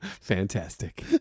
Fantastic